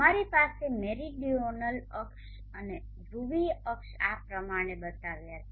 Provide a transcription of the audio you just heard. તમારી પાસે મેરીડિઓનલ અક્ષો અને ધ્રુવીય અક્ષો આ પ્રમાણે બતાવ્યા છે